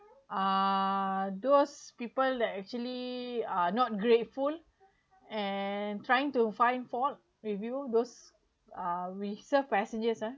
uh those people actually uh not grateful and trying to find fault with you those uh we serve passengers ah